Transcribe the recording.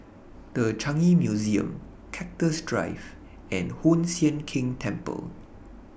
The Changi Museum Cactus Drive and Hoon Sian Keng Temple